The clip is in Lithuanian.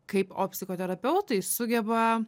kaip o psichoterapeutai sugeba